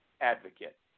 advocate